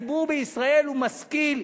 הציבור בישראל הוא משכיל,